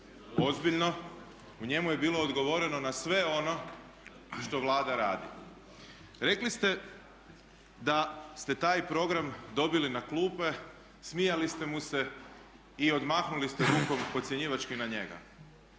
Ozbiljno, u njemu je bilo odgovoreno na sve ono što Vlada radi. Rekli ste da ste taj program dobili na klupe, smijali ste mu se i odmahnuli ste rukom podcjenjivački na njega.